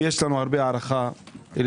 יש לנו הרבה הערכה אליך.